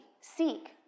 Seek